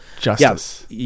justice